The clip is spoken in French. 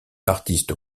artiste